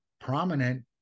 prominent